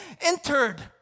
entered